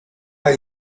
las